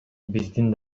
биздин